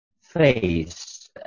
face